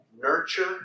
nurture